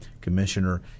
commissioner